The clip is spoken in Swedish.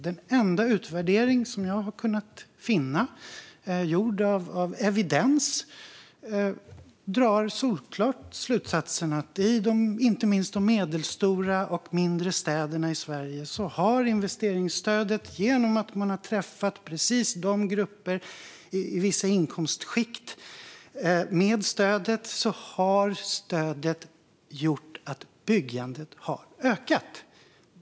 Den enda utvärdering som jag har kunnat finna, gjord av Evidens, drar solklart slutsatsen att inte minst i de medelstora och mindre städerna i Sverige har investeringsstödet genom att det träffat grupper i vissa inkomstskikt gjort att byggandet har ökat.